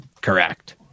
Correct